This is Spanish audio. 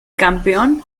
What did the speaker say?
campeón